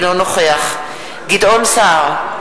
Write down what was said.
אינו נוכח גדעון סער,